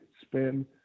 spend